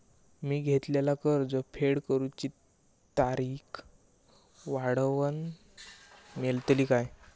मी घेतलाला कर्ज फेड करूची तारिक वाढवन मेलतली काय?